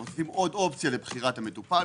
נותנים עוד אופציה לבחירת המקובל,